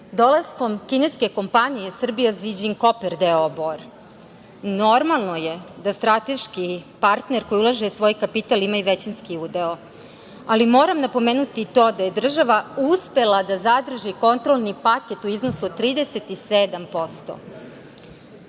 dolaskom kineske kompanije Srbija Ziđin koper d.o.o Bor, normalno je da strateški partner koji ulaže svoj kapital ima i većinski udeo, ali moram napomenuti i to da je država uspela da zadrži kontrolni paket u iznosu od 37%.